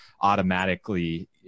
automatically